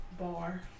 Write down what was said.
bar